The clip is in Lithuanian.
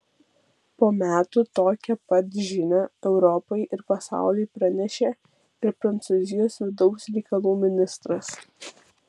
po metų tokią pat žinią europai ir pasauliui pranešė ir prancūzijos vidaus reikalų ministras